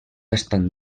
estan